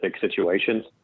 situations